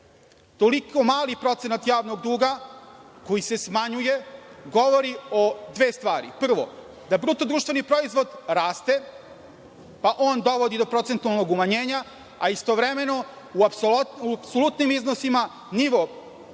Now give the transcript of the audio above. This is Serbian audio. Toliko mali procenat javnog duga koji se smanjuje govori o dve stvari. Prvo, da bruto društveni proizvod raste, a on dovodi do procentualnog umanjenja, a istovremeno u apsolutnim iznosima nivo